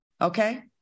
okay